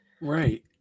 Right